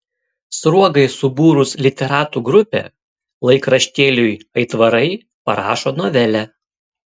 sruogai subūrus literatų grupę laikraštėliui aitvarai parašo novelę